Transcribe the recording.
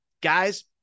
guys